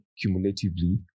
cumulatively